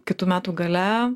kitų metų gale